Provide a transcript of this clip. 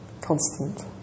constant